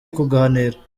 kuganira